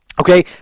Okay